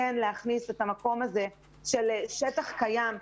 כן להכניס את המקום הזה של שטח קיים.